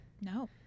No